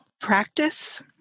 practice